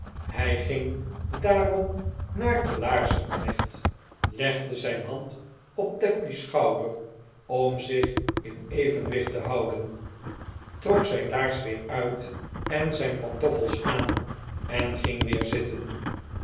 hij ging daarom naar den laarzenknecht legde zijn hand op tapley's schouder om zich in evenwicht te houden trok zijn laars weer uit en zim pantoffels aan en ging weer zitten